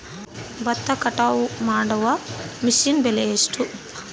ಭತ್ತ ಕಟಾವು ಮಾಡುವ ಮಿಷನ್ ಬೆಲೆ ಎಷ್ಟು?